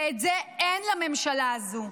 ואת זה אין לממשלה הזו.